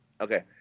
Okay